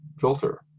filter